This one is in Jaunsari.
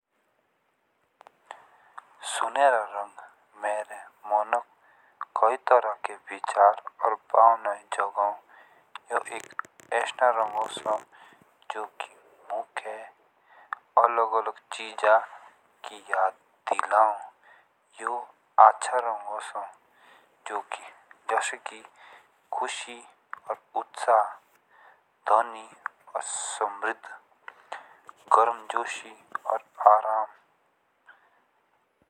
सुनहरा रंग मेरे मनक कोई तरह के विचार और भावना जागो। यह एक असना रंग है जो की मुख्य़े अलग अलग चीज़ा की याद दिलाओ जैसे की खुशी और उत्साह, धनी और समृद्ध, गरम जोशी और आराम।